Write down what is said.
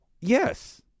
Yes